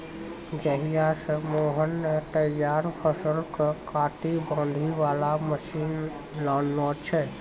जहिया स मोहन नॅ तैयार फसल कॅ काटै बांधै वाला मशीन लानलो छै